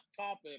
topic